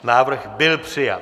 Návrh byl přijat.